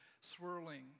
swirling